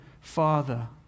Father